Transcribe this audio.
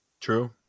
True